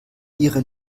ihre